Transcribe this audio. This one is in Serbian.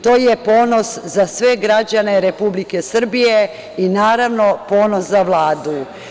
To je ponos za sve građane Republike Srbije i, naravno, ponos za Vladu.